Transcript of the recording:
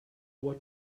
what